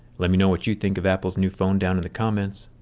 let me know what you think of apple's new phone down in the comments.